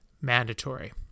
Mandatory